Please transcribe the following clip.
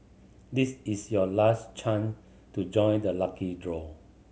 this is your last chance to join the lucky draw